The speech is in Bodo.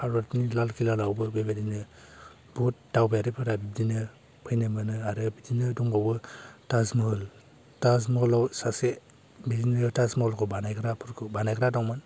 भारतनि लालकिलायावबो बेबायदिनो बहुत दावबायारिफोरा बेदिनो फैनो मोनो आरो बिदिनो दंबावो ताजमहल ताजमहलाव सासे बिदिनो ताजमहलखौ बानायग्राफोरखौ बानायग्रा दंमोन